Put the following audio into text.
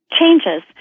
changes